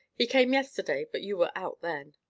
he came yesterday, but you were out then.